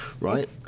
right